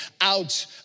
out